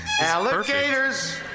alligators